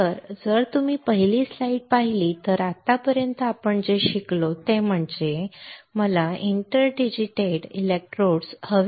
तर जर तुम्ही पहिली स्लाईड पाहिली तर आत्तापर्यंत आपण जे शिकलो ते म्हणजे मला इंटरडिजिटेटेड इलेक्ट्रोड्स हवे असतील तर